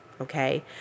Okay